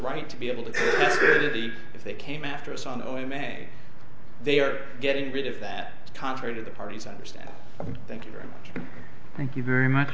right to be able to leave if they came after us on oh man they are getting rid of that contrary to the parties understand thank you very much